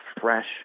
fresh